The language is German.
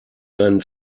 dein